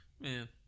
man